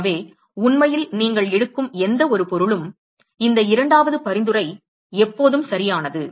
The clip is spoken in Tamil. எனவே உண்மையில் நீங்கள் எடுக்கும் எந்தவொரு பொருளும் இந்த இரண்டாவது பரிந்துரை எப்போதும் சரியானது